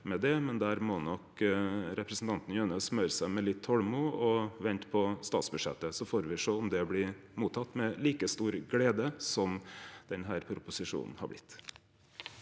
men der må nok representanten Jønnes smøre seg med litt tolmod og vente på statsbudsjettet. Så får me sjå om det blir motteke med like stor glede som denne proposisjonen har blitt.